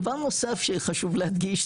דבר נוסף שחשוב להדגיש,